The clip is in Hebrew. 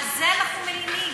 על זה אנחנו מלינים.